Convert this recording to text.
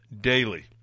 daily